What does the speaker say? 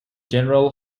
general